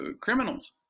criminals